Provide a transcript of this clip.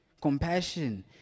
Compassion